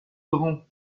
grand